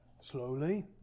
Slowly